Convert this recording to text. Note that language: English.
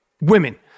women